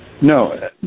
No